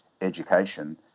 education